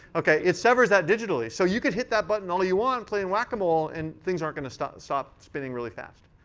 ok. it severs that digitally. so you could hit that button all you, playing whack-a-mole, and things aren't going to stop stop spinning really fast.